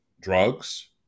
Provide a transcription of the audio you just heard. drugs